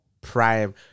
prime